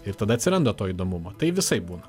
ir tada atsiranda to įdomumo tai visaip būna